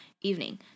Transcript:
evening